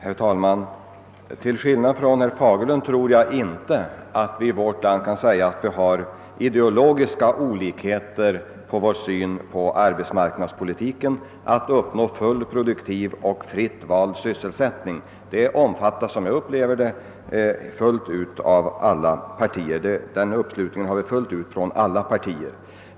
Herr talman! Till skillnad från herr Fagerlund tror jag inte att vi i vårt land kan anses ha ideologiska olikheter i vår syn på arbetsmarknadspolitiken. Att uppnå full, produktiv och fritt vald sysselsättning är en målsättning vilken — som jag upplever det — omfattas fullt ut av alla partier.